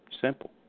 Simple